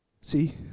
See